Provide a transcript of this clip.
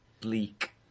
bleak